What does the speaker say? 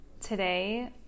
Today